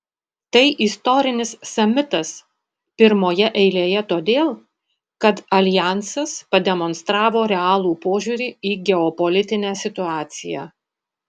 tai istorinis samitas pirmoje eilėje todėl kad aljansas pademonstravo realų požiūrį į geopolitinę situaciją